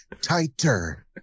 tighter